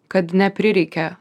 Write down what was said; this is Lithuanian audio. kad neprireikė